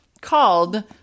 called